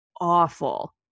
awful